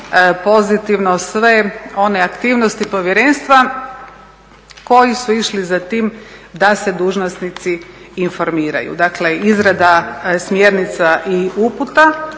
pozitivno sve one aktivnosti povjerenstva koji su išli za tim da se dužnosnici informiraju. Dakle izrada smjernica i uputa